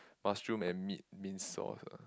mushroom and meat minced sauce ah